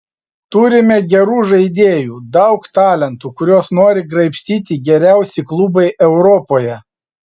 turime gerų žaidėjų daug talentų kuriuos nori graibstyti geriausi klubai europoje